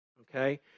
okay